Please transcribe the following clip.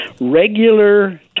regular